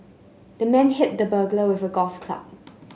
the man hit the burglar with a golf club